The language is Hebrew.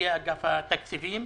ונציגי אגף התקציבים.